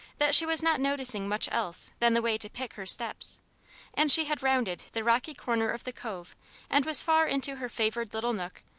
that she was not noticing much else than the way to pick her steps and she had rounded the rocky corner of the cove and was far into her favoured little nook,